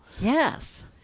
Yes